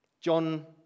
John